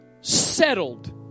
settled